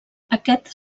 aquest